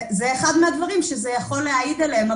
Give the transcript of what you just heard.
זה אחד מהדברים שזה יכול להעיד עליהם,